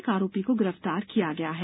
एक आरोपी को गिरफ्तार किया गया है